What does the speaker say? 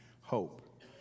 hope